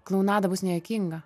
klounada bus nejuokinga